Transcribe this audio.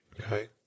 Okay